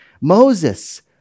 Moses